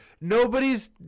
Nobody's